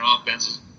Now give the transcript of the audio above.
offenses